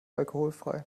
alkoholfrei